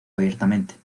abiertamente